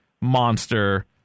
monster